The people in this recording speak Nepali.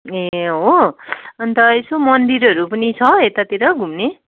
ए हो अन्त यसो मन्दिरहरू पनि छ यतातिर घुम्ने